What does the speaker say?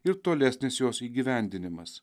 ir tolesnis jos įgyvendinimas